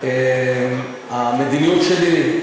המדיניות שלי,